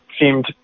seemed